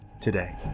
today